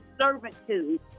servitude